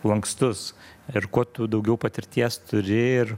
lankstus ir kuo tu daugiau patirties turi ir